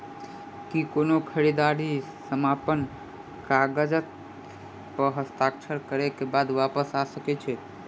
की कोनो खरीददारी समापन कागजात प हस्ताक्षर करे केँ बाद वापस आ सकै है?